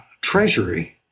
Treasury